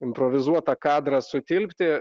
improvizuotą kadrą sutilpti